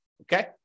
okay